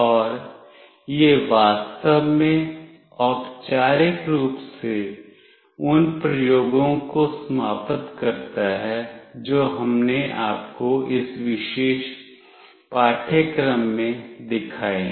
और यह वास्तव में औपचारिक रूप से उन प्रयोगों को समाप्त करता है जो हमने आपको इस विशेष पाठ्यक्रम में दिखाए हैं